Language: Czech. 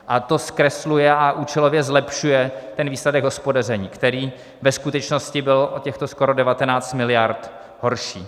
A to zkresluje a účelově zlepšuje výsledek hospodaření, který ve skutečnosti byl o těchto skoro 19 miliard horší.